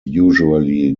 usually